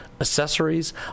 accessories